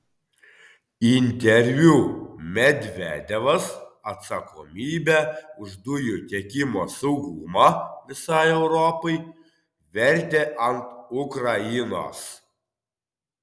interviu medvedevas atsakomybę už dujų tiekimo saugumą visai europai vertė ant ukrainos